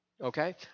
Okay